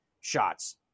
shots